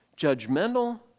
judgmental